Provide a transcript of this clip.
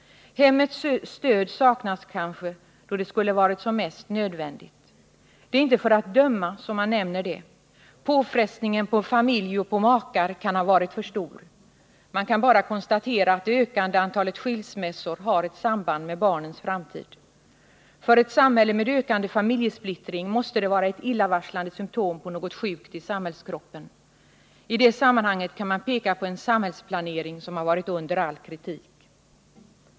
Hemmets stöd saknas kanske då det skulle ha varit som mest nödvändigt. Det är inte för att döma som jag nämner det. Påfrestningen på familj och på makar kan ha varit för stor. Man kan bara konstatera att det ökande antalet skilsmässor har ett samband med barnens framtid. För ett samhälle med ökande familjesplittring måste det vara ett illavarslande symptom på något sjukt i samhällskroppen. I det sammanhanget kan man peka på en samhällsplanering som varit under all kritik.